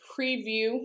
preview